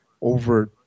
over –